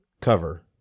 cover